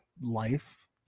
life